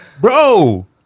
Bro